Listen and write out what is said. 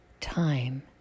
time